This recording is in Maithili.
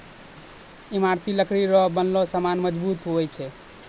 ईमारती लकड़ी रो बनलो समान मजबूत हुवै छै